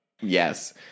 Yes